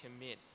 commit